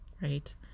right